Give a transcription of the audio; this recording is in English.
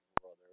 brother